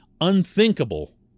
unthinkable